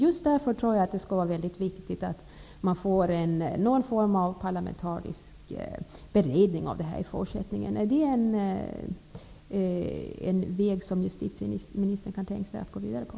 Just därför tror jag att det vore bra med någon form av parlamentarisk beredning av frågan. Är det en väg som justitieministern kan tänka sig att gå vidare på?